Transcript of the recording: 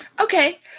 Okay